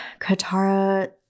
Katara